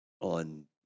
on